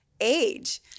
age